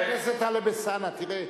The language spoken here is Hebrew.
חבר הכנסת טלב אלסאנע, תראה,